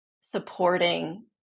supporting